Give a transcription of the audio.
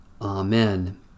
Amen